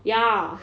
ya